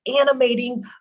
animating